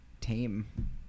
tame